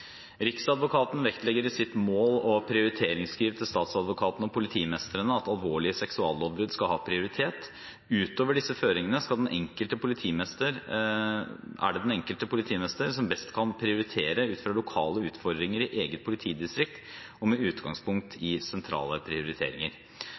Riksadvokaten vektlegger i sitt mål- og prioriteringsskriv til statsadvokatene og politimestrene at alvorlige seksuallovbrudd skal ha prioritet. Utover disse føringene er det den enkelte politimester som best kan prioritere ut fra lokale utfordringer i eget politidistrikt og med utgangspunkt